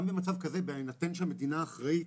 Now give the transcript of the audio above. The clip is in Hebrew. גם במצב כזה, בהינתן שהמדינה אחראית,